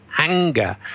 anger